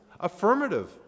affirmative